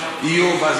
רוצח.